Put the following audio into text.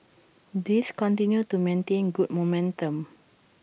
these continue to maintain good momentum